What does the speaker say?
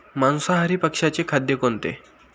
मांसाहारी पक्ष्याचे खाद्य कोणते?